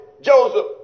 Joseph